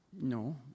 No